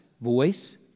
voice